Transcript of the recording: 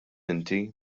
inti